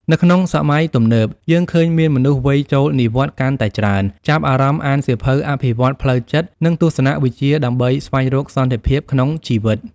នៅក្នុងសម័យទំនើប យើងឃើញមានមនុស្សវ័យចូលនិវត្តន៍កាន់តែច្រើន ចាប់អារម្មណ៍អានសៀវភៅអភិវឌ្ឍផ្លូវចិត្ត និងទស្សនវិជ្ជាដើម្បីស្វែងរកសន្តិភាពក្នុងជីវិត។